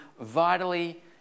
vitally